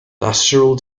natural